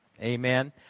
Amen